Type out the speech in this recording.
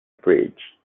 bridge